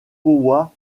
powiat